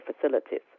facilities